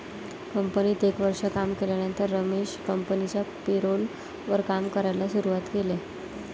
कंपनीत एक वर्ष काम केल्यानंतर रमेश कंपनिच्या पेरोल वर काम करायला शुरुवात केले